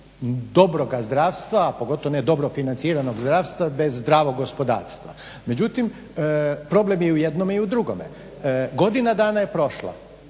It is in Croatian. dobroga zdravstva, pogotovo ne dobro financiranog zdravstva bez zdravog gospodarstva. Međutim problem je u jednome i u drugome. Godina dana je prošla,